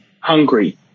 hungry